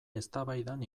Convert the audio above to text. eztabaidan